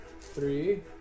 Three